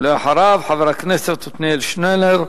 אחריו, חבר הכנסת עתניאל שנלר.